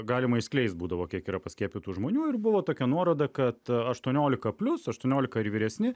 galima išskleist būdavo kiek yra paskiepytų žmonių ir buvo tokia nuoroda kad aštuoniolika plius aštuoniolika ir vyresni